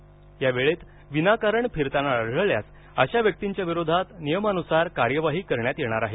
सदर वेळेत विनाकारण फिरताना आढळल्यास अशा व्यक्तींच्या विरोधात नियमानुसार कार्यवाही करण्यात येणार आहे